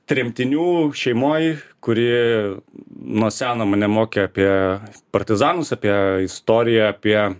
tremtinių šeimoj kuri nuo seno mane mokė apie partizanus apie istoriją apie